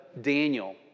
Daniel